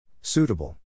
Suitable